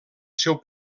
seu